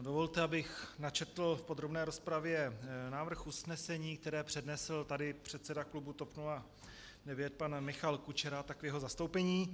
Dovolte, abych načetl v podrobné rozpravě návrh usnesení, které přednesl tady předseda klubu TOP 09 pan Michal Kučera, tak v jeho zastoupení.